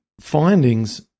findings